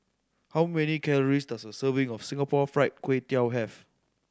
how many calories does a serving of Singapore Fried Kway Tiao have